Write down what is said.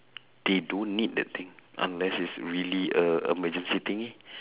they don't need that thing unless it's really a emergency thingy